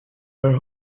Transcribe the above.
her